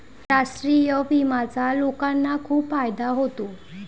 राष्ट्रीय विम्याचा लोकांना खूप फायदा होतो